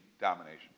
domination